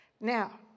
Now